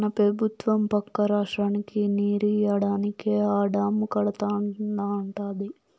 మన పెబుత్వం పక్క రాష్ట్రానికి నీరియ్యడానికే ఆ డాము కడతానంటాంది